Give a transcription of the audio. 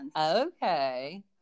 Okay